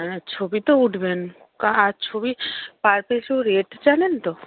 হ্যাঁ ছবি তো উঠবেন আর ছবি পার পিছু রেট জানেন তো